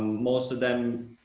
most of them,